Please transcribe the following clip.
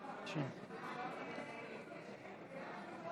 את הצעת החוק לתיקון פקודת הראיות (פסילת ראיה),